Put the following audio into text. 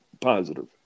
Positive